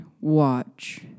watch